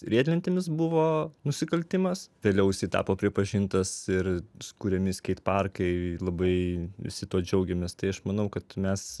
riedlentėmis buvo nusikaltimas vėliau jis tapo pripažintas ir sukuriami skeitparkai labai visi tuo džiaugiamės tai aš manau kad mes